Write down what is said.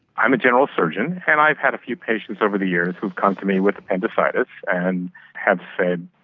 i'm a general surgeon, and i've had a few patients over the years who've come to me with appendicitis and have said,